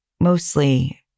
mostly